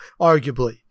arguably